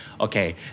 Okay